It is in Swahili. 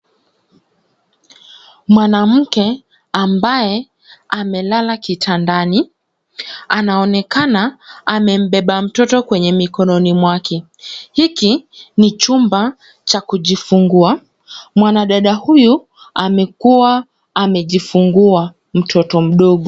Mwanamke ambaye amelala kitandani anaonekana amembeba mtoto kwenye mikononi mwake. Hiki ni chumba cha kujifungua. Mwanadada huyu amekuwa amejifungua mtoto mdogo.